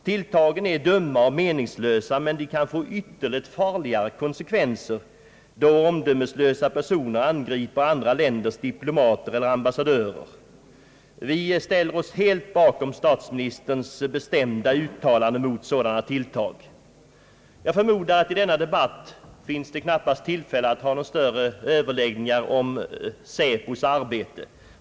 Tilltagen är dumma och meningslösa, men de kan få betydligt farligare konsekvenser då omdömeslösa personer angriper andra länders diplomater eller ambassadörer. Vi ställer oss helt bakom statsministerns bestämda uttalande mot sådana tilltag. Jag förmodar att det i denna debatt knappast finns tillfälle till några större överläggningar om SÄPO:s arbete.